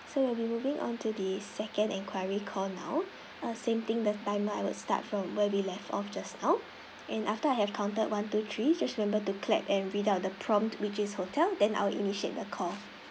so we'll be moving on to the second inquiry call now uh same thing the timer I will start from where we left off just now and after I have counted one two three just remember to clap and read out the prompt which is hotel then I'll initiate the call